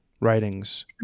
writings